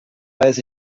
weiß